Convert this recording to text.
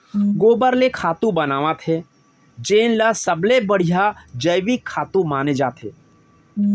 गोबर ले खातू बनावत हे जेन ल सबले बड़िहा जइविक खातू माने जाथे